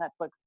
Netflix